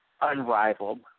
unrivaled